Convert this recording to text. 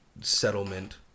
settlement